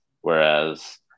Whereas